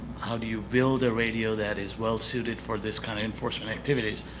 how do you build a radio that is well-suited for this kind of enforcement activities?